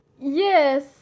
Yes